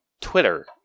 twitter